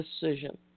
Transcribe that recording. decision